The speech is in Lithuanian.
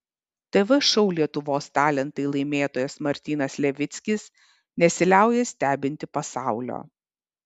tv šou lietuvos talentai laimėtojas martynas levickis nesiliauja stebinti pasaulio